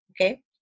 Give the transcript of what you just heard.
Okay